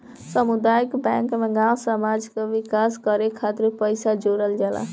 सामुदायिक बैंक में गांव समाज कअ विकास करे खातिर पईसा जोड़ल जाला